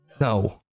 No